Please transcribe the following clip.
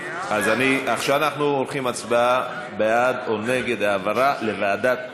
אז עכשיו אנחנו עורכים הצבעה בעד או נגד העברה לוועדת הכנסת.